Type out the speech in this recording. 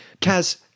Kaz